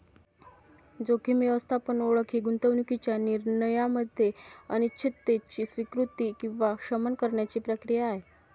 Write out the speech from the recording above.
जोखीम व्यवस्थापन ओळख ही गुंतवणूकीच्या निर्णयामध्ये अनिश्चिततेची स्वीकृती किंवा शमन करण्याची प्रक्रिया आहे